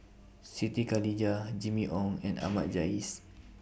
Siti Khalijah Jimmy Ong and Ahmad Jais